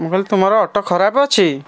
ମୁଁ କହିଲି ତୁମର ଅଟୋ ଖରାପ ଅଛି